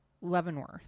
leavenworth